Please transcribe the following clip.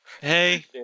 Hey